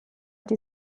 die